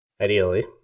Ideally